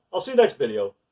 i'll see you next video.